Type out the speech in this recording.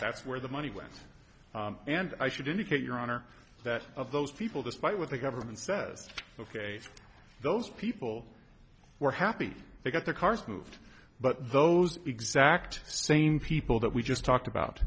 that's where the money went and i should indicate your honor that of those people despite what the government says ok those people were happy because their cars moved but those exact same people that we just talked about